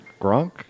gronk